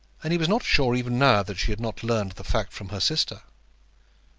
and he was not sure even now that she had not learned the fact from her sister.